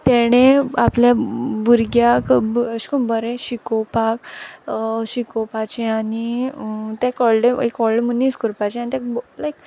तेणें आपल्या भुरग्याक अेश कोन्न बोरें शिकोवपाक शिकोवपाचें आनी तेक व्होडलें एक व्होडलें मुनीस कोरपाचें आनी तेक लायक